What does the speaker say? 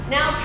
Now